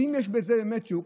ואם יש בזה באמת שוק,